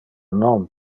non